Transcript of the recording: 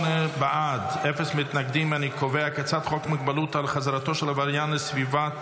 חוק מגבלות על חזרתו של עבריין מין לסביבת